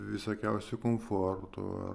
visokiausių komforto